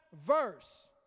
verse